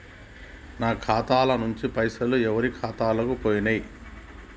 నా ఖాతా ల నుంచి పైసలు ఎవరు ఖాతాలకు పోయినయ్?